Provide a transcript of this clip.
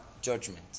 judgment